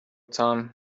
time